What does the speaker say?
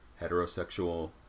heterosexual